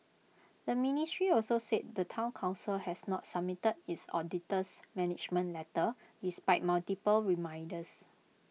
the ministry also said the Town Council has not submitted its auditor's management letter despite multiple reminders